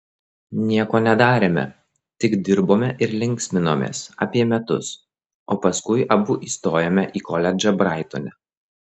nieko nedarėme tik dirbome ir linksminomės apie metus o paskui abu įstojome į koledžą braitone